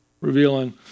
Revealing